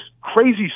crazy